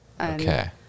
Okay